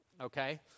okay